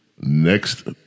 next